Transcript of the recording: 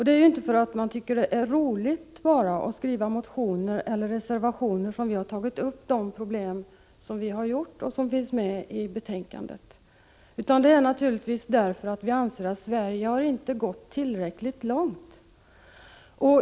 Det är inte bara för att man tycker det är roligt att skriva motioner eller reservationer som vi har tagit upp de problem som nu belyses i betänkandet, utan det är naturligtvis därför att vi anser att Sverige inte har gått tillräckligt långt.